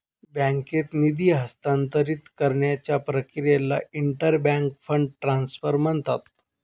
बँकेत निधी हस्तांतरित करण्याच्या प्रक्रियेला इंटर बँक फंड ट्रान्सफर म्हणतात